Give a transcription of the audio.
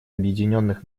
объединенных